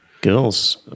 girls